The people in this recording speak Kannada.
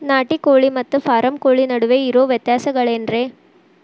ನಾಟಿ ಕೋಳಿ ಮತ್ತ ಫಾರಂ ಕೋಳಿ ನಡುವೆ ಇರೋ ವ್ಯತ್ಯಾಸಗಳೇನರೇ?